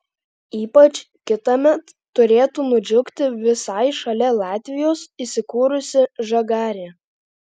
ypač kitąmet turėtų nudžiugti visai šalia latvijos įsikūrusi žagarė